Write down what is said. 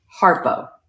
Harpo